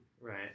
Right